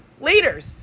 leaders